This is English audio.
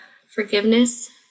forgiveness